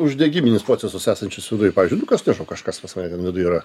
uždegiminius procesus esančius viduj pavyzdžiui nu kas nežinas kažkas pas mane ten viduj yra